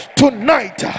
tonight